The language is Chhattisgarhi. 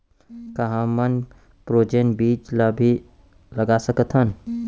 का हमन फ्रोजेन बीज ला भी लगा सकथन?